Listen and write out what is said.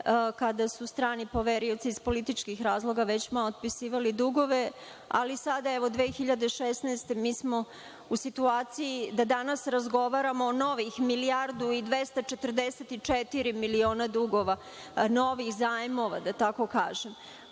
kada su strani poverioci iz političkih razloga otpisivali dugove, ali sada 2016. godine mi smo u situaciji da danas razgovaramo o novih milijardu i 244 miliona novih zajmova, da tako kažem. Ono